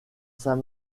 saint